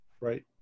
Right